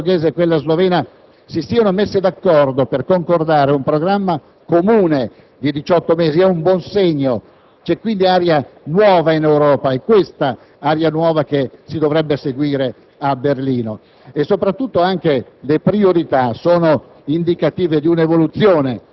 quella tedesca, quella portoghese e quella slovena, si siano messe d'accordo per concordare un programma comune di 18 mesi è un buon segno, c'è quindi aria nuova in Europa ed è questa aria nuova che si dovrebbe seguire a Berlino. E soprattutto le priorità sono